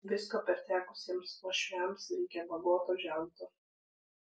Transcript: visko pertekusiems uošviams reikia bagoto žento